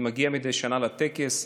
אני מגיע מדי שנה לטקס.